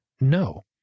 no